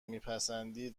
میپسندین